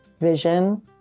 vision